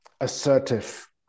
assertive